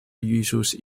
issues